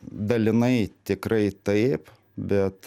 dalinai tikrai taip bet